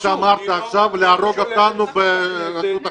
שאמרת עכשיו להרוג אותנו ברשות החוק.